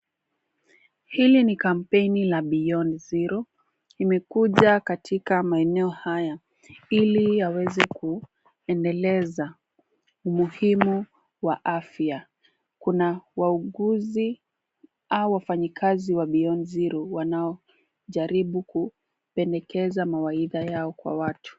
Hili ni kampeni la Beyond Zero. Limekuja katika maeneo haya ili yaweze kuendeleza umuhimu wa afya. Kuna wauguzi au wafanyi kazi wa Beyond Zero wanaojaribu kupendekeza mawaidha yao kwa watu.